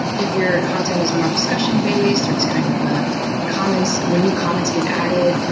if your content is more discussion-based, or it's kind of a comments when new comments get added,